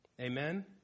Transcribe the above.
Amen